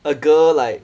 a girl like